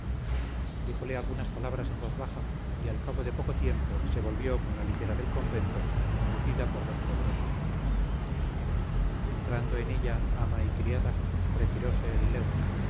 díjole algunas palabras en voz baja y al cabo de poco tiempo se volvió con la litera del convento conducida por dos poderosas mulas entraron en ella ama y criada retiróse el lego